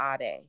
Ade